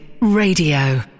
Radio